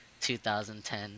2010